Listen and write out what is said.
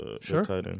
sure